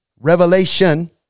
Revelation